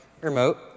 remote